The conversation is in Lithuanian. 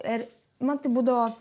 ir man tai būdavo